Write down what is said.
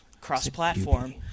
cross-platform